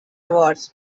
awards